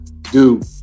dude